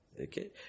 Okay